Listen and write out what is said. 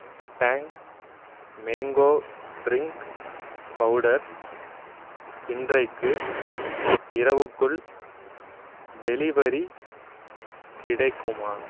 Tang mango drink powder இன்றைக்கு இரவுக்குள் delivery கிடைக்குமா